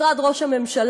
משרד ראש הממשלה,